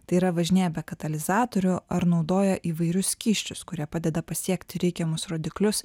tai yra važinėja be katalizatorių ar naudoja įvairius skysčius kurie padeda pasiekti reikiamus rodiklius